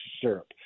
syrup